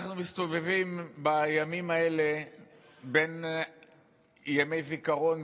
אנחנו מסתובבים בימים האלה בין ימי זיכרון,